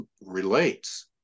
relates